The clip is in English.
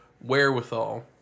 wherewithal